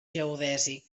geodèsic